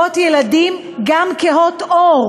בובות ילדים גם כהות עור